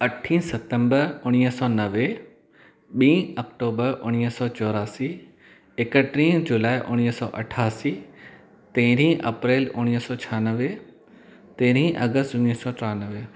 अठी सितंबर उणिवीह सौ नवे ॿीं अक्टूबर उणिवीह सौ चोरासी एकटीह जुलाई उणिवीह सौ अठासीं तेरहं अप्रैल उणिवीह सौ छ्हानवे तेरहं अगस्त उणिवीह सौ चोरानवे